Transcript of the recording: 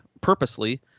purposely